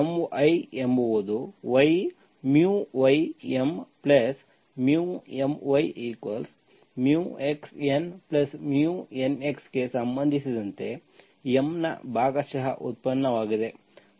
My ಎಂಬುದು y y Mμ Myx Nμ Nx ಗೆ ಸಂಬಂಧಿಸಿದಂತೆ M ನ ಭಾಗಶಃ ಉತ್ಪನ್ನವಾಗಿದೆ